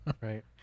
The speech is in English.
right